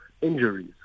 injuries